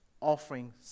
offering